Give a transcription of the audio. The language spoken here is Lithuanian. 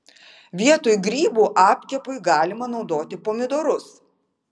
vietoj grybų apkepui galima naudoti pomidorus